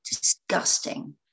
disgusting